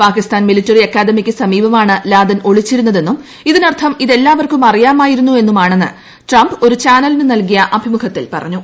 Pakistan military അക്കാദമിക്ക് സമീപമാണ് Laden ഒളിച്ചിരുന്നതെന്നും ഇതിനർത്ഥം ഇതെല്ലാവർക്കും അറിയാമായിരുന്നു എന്നുമാണ് ട്രംപ് ഒരു ചാനലിന് നൽകിയ അഭിമുഖത്തിൽ പറഞ്ഞത്